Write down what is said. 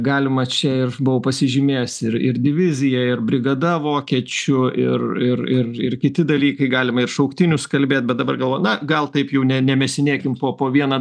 galima čia ir buvau pasižymėjęs ir ir divizija ir brigada vokiečių ir ir ir ir kiti dalykai galima ir šauktinius kalbėt bet dabar galvoju na gal taip jau ne nemėsinėkim po po vieną